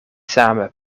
same